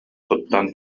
туттан